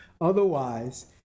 Otherwise